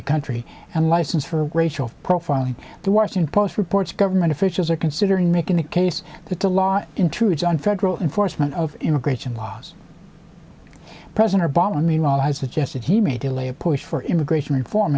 the country and a license for racial profiling the washington post reports government officials are considering making the case that a lot intrudes on federal enforcement of immigration laws presenter bolland meanwhile has suggested he may delay a push for immigration reform